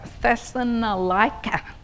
Thessalonica